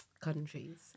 countries